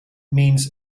means